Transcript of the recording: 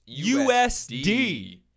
USD